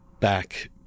back